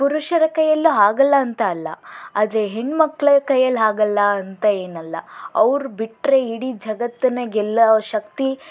ಪುರುಷರ ಕೈಯ್ಯಲ್ಲಿ ಆಗೋಲ್ಲ ಅಂತ ಅಲ್ಲ ಆದರೆ ಹೆಣ್ಣು ಮಕ್ಕಳ ಕೈಯ್ಯಲ್ಲಿ ಆಗಲ್ಲ ಅಂತ ಏನೆಲ್ಲ ಅವರು ಬಿಟ್ರೆ ಇಡೀ ಜಗತ್ತನ್ನೇ ಗೆಲ್ಲುವ ಶಕ್ತಿ